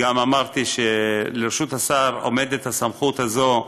גם אמרתי שלרשות השר עומדת הסמכות הזאת,